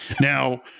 Now